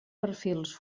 perfils